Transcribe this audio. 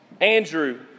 Andrew